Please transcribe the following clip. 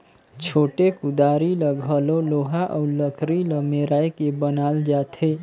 छोटे कुदारी ल घलो लोहा अउ लकरी ल मेराए के बनाल जाथे